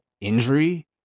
injury